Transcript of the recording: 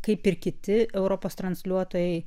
kaip ir kiti europos transliuotojai